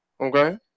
Okay